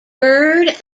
bird